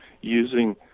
using